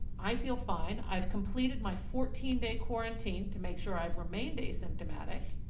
i feel fine, i've completed my fourteen day quarantine to make sure i've remained asymptomatic,